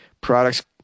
Products